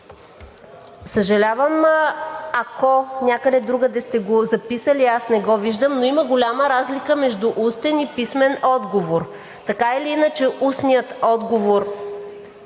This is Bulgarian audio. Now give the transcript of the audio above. Съжалявам, ако някъде другаде сте го записали – аз не го виждам, но има голяма разлика между устен и писмен отговор. Така или иначе устният отговор